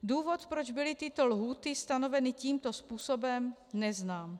Důvod, proč byly tyto lhůty stanoveny tímto způsobem, neznám.